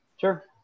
Sure